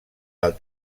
del